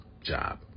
job